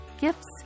gifts